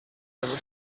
never